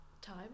Time